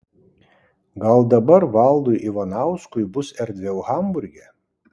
gal dabar valdui ivanauskui bus erdviau hamburge